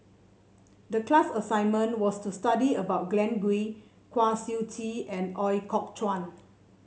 the class assignment was to study about Glen Goei Kwa Siew Tee and Ooi Kok Chuen